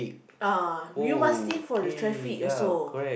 ah you must think for the traffic also